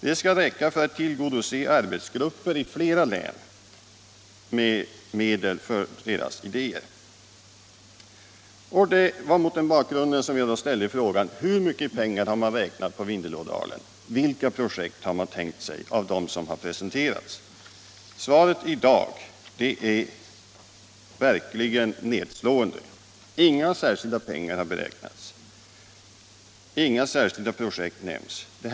De skall räcka för att tillgodose arbetsgrupper i flera län med medel för deras idéer. Det var mot den bakgrunden jag frågade: Hur mycket pengar har beräknats för Vindelälvsområdet och vilka projekt av dem som presenterats har man räknat med? Det svar jag fick i dag är verkligen nedslående; inga särskilda pengar har beräknats, inga särskilda projekt nämns i sammanhanget.